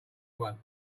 one